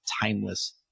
timeless